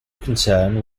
concern